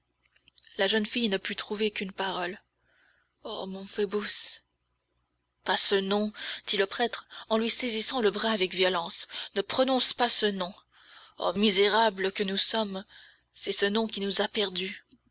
la jeune fille ne put trouver qu'une parole ô mon phoebus pas ce nom dit le prêtre en lui saisissant le brai avec violence ne prononce pas ce nom oh misérables que nous sommes c'est ce nom qui nous a perdus